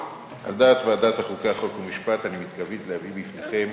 דעת ועדת החוקה, חוק ומשפט אני מתכבד להביא בפניכם